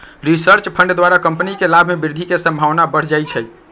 research fund द्वारा company के लाभ में वृद्धि के संभावना बढ़ जाइ छइ